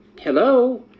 Hello